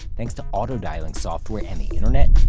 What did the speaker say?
thanks to auto-dialing software and the internet,